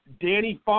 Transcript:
Danny